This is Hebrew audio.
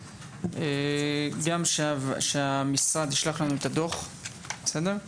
ובעוד שבועיים נתכנס לדיון קצר והצבעות.